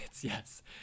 yes